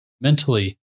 mentally